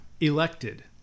Elected